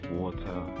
water